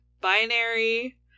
binary